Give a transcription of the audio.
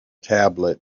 tablet